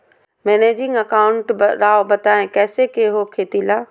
Managing account राव बताएं कैसे के हो खेती ला?